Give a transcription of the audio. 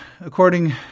According